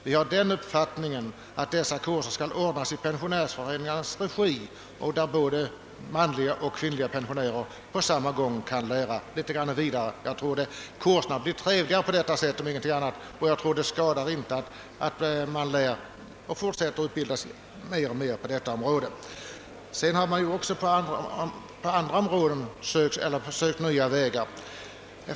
Vi har den uppfattningen att dessa kurser skall ordnas i pensionärsföreningarnas regi varvid både kvinnliga och manliga pensionärer på samma gång kan deltaga. Kurserna blir trevligare på detta sätt om inte annat. Jag tror inte att det skadar att man fortsätter att utbilda sig mer och mer på detta område. Man har ju också prövat nya vägar.